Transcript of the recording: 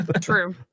True